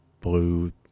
blue